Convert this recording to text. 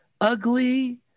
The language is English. ugly